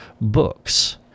books